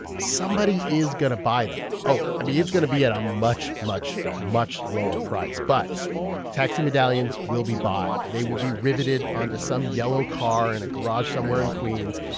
somebody is going to buy them. oh, i mean, it's going to be at a much, much, much lower price. but taxi medallions will be bought. they will be riveted onto some yellow car in a garage somewhere in queens.